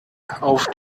auf